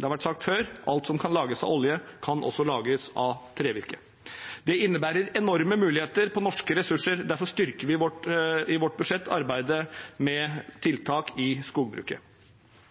har vært sagt før: Alt som kan lages av olje, kan også lages av trevirke. Dette innebærer enorme muligheter for norske ressurser. Derfor styrker vi i vårt budsjett arbeidet med tiltak i skogbruket.